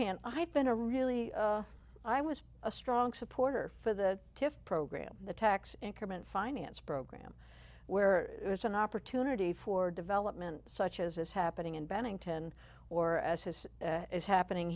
hand i've been a really i was a strong supporter for the tiff program the tax increment finance program where there's an opportunity for development such as is happening in bennington or as his is happening